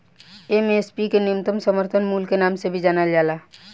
MSP के न्यूनतम समर्थन मूल्य के नाम से जानल जाला